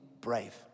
brave